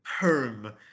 Perm